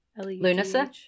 Lunasa